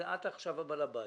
את עכשיו בעל הבית